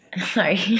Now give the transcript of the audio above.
sorry